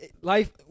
life